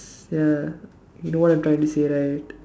ya don't want to join this year right